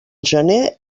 gener